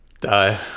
Die